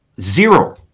zero